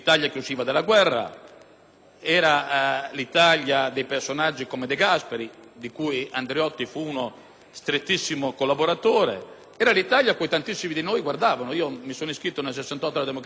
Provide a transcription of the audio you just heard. era l'Italia dei personaggi come De Gasperi, di cui Andreotti fu uno strettissimo collaboratore; era l'Italia a cui tantissimi di noi guardavano. Io mi sono iscritto nel 1968 alla Democrazia Cristiana - non ne faccio mistero